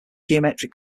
geometric